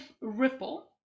ripple